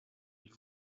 ils